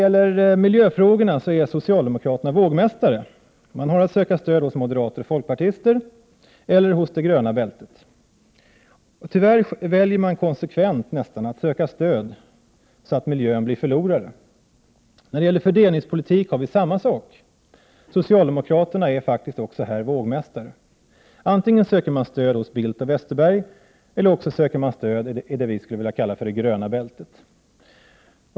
I miljöfrågorna är socialdemokraterna vågmästare. De har att söka stöd hos moderater och folkpartister eller hos det gröna bältet. Tyvärr väljer de nästan konsekvent att söka stöd så att miljön blir förlorare. Inom fördelningspolitiken är det samma sak. Socialdemokraterna är vågmästare. Antingen söker de stöd hos Bildt och Westerberg eller också kan de söka stöd i det gröna bältet.